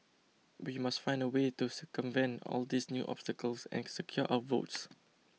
we must find a way to circumvent all these new obstacles and secure our votes